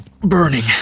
Burning